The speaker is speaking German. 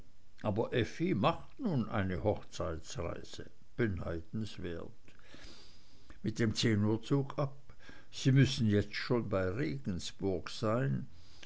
aber effi macht nun eine hochzeitsreise beneidenswert mit dem zehnuhrzug ab sie müssen jetzt schon bei regensburg sein